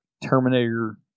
Terminator